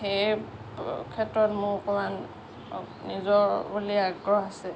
সেই ক্ষেত্ৰত মোৰ অকণমান নিজৰ বুলি আগ্ৰহ আছে